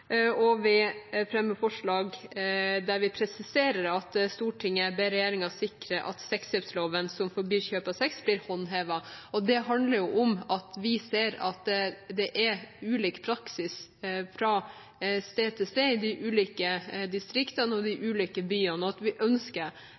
fremmer vi et forslag der vi presiserer: «Stortinget ber regjeringen sikre at sexkjøpsloven, som forbyr kjøp av sex, blir håndhevet.» Det handler om at vi ser at det er ulik praksis fra sted til sted i de ulike distriktene og i de ulike byene, at vi ønsker